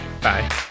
Bye